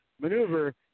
maneuver